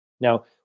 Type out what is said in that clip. Now